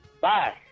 Bye